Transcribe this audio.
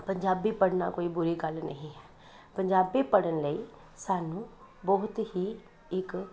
ਪੰਜਾਬੀ ਪੜ੍ਹਨਾ ਕੋਈ ਬੁਰੀ ਗੱਲ ਨਹੀਂ ਹੈ ਪੰਜਾਬੀ ਪੜ੍ਹਨ ਲਈ ਸਾਨੂੰ ਬਹੁਤ ਹੀ ਇੱਕ